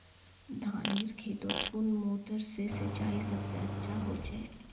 धानेर खेतोत कुन मोटर से सिंचाई सबसे अच्छा होचए?